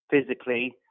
physically